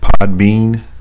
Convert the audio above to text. Podbean